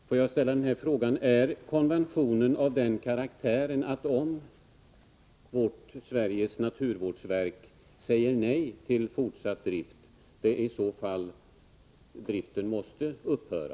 Herr talman! Får jag ställa en fråga: Är konventionen av den karaktären att om Sveriges naturvårdsverk säger nej till fortsatt drift måste driften upphöra?